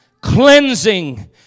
Cleansing